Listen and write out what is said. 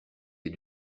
est